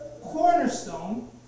cornerstone